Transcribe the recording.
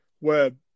Web